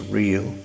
real